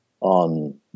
on